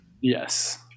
Yes